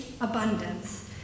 abundance